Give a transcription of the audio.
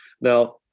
Now